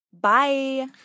Bye